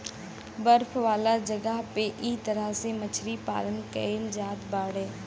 बर्फ वाला जगह पे इ तरह से मछरी पालन कईल जात बाड़े